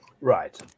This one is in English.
right